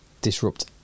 disrupt